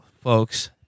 folks